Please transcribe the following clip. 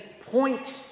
point